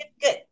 Good